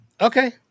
Okay